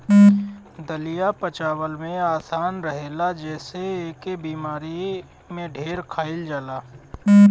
दलिया पचवला में आसान रहेला जेसे एके बेमारी में ढेर खाइल जाला